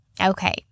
Okay